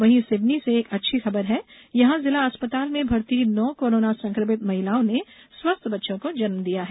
वहीं सिवनी से एक अच्छी खबर है यहां जिला अस्पताल में भर्ती नौ कोरोना संक्रमित महिलाओं ने स्वस्थ बच्चों को जन्म दिया है